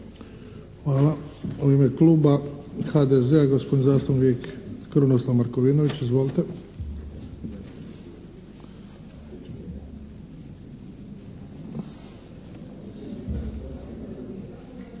Hvala. U ime kluba HDZ-a, gospodin zastupnik Krunoslav Markovinović. Izvolite.